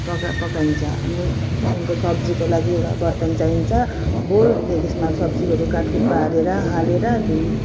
पका पकाइन्छ अनि त्यहाँदेखिको सब्जीको लागि एउटा बर्तन चाहिन्छ बोल त्यो त्यसमा सब्जीहरू काटकुट पारेर हालेर धुइ